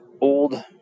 old